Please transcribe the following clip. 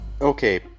okay